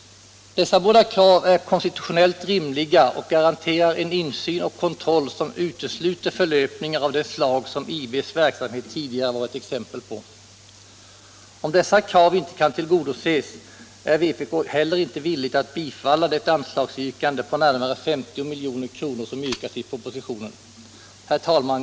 Dessa båda krav är konstitutionellt rimliga och garanterar en insyn och kontroll som utesluter förlöpningar av det slag som IB:s verksamhet tidigare var ett exempel på. Om dessa krav inte kan tillgodoses är vpk heller inte villigt att bifalla det anslagsyrkande på närmare 50 milj.kr. som yrkas i propositionen. Herr talman!